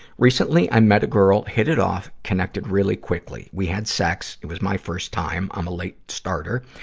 recently i met a girl, hit it off, connected really quickly. we had sex it was my first time i'm a late starter.